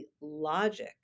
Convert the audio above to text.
logic